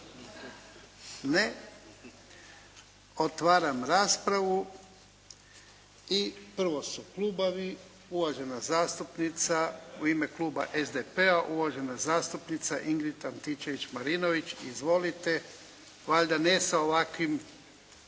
Ne? Otvaram raspravu. I prvo su klubovi. Uvažena zastupnica, u ime Kluba SDP-a uvažena zastupnica Ingrid Antičević-Marinović. Izvolite. Valjda ne sa ovakvim